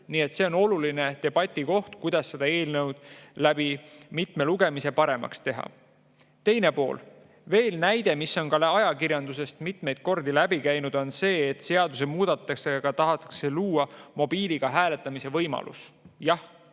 nii et see on oluline debatikoht, kuidas eelnõu läbi mitme lugemise paremaks teha. Teine pool. Veel üks näide, mis on ka ajakirjandusest mitmeid kordi läbi käinud, on see, et seadusemuudatusega tahetakse luua mobiiliga hääletamise võimalus. Jah,